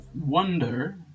wonder